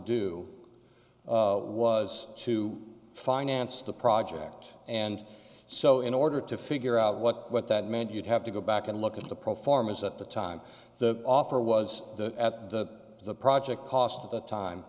do was to finance the project and so in order to figure out what that meant you'd have to go back and look at the pro form is that the time the offer was at that the project cost at that time